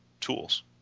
tools